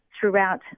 throughout